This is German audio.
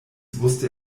wusste